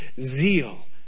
zeal